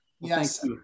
Yes